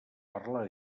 parlar